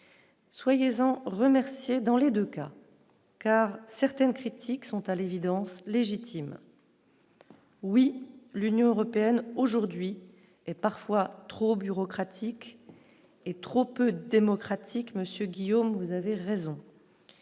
soyez-en remercié dans les 2 cas, car certaines critiques sont à l'évidence légitime. Oui, l'Union européenne aujourd'hui et parfois trop bureaucratique et trop peu démocratique, Monsieur Guillaume, vous avez raison,